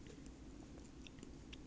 never see you have curly hair before leh